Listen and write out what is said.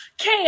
Okay